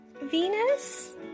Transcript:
Venus